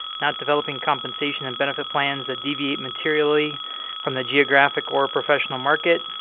not developing compensation and benefit plans that deviate materially from the geographic or professional market,